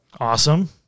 Awesome